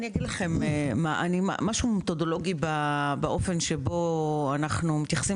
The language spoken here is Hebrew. משהו מתודולוגי באופן שבו אנחנו מתייחסים